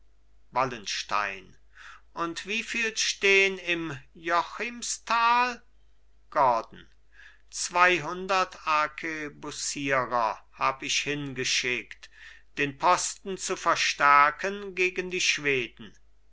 wallenstein und wieviel stehn im jochimsthal gordon zweihundert arkebusierer hab ich hingeschickt den posten zu verstärken gegen die schweden